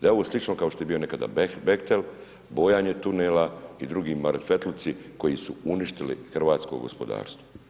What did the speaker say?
da je ono slično kao što je bio nekada Behtel, bojanje tunela i drugi marafetluci koji su uništili hrvatsko gospodarstvo.